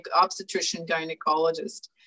obstetrician-gynecologist